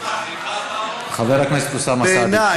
תודה רבה, חבר הכנסת אוסאמה סעדי.